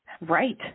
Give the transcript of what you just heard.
Right